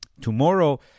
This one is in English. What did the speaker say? Tomorrow